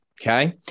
Okay